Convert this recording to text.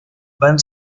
van